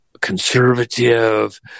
conservative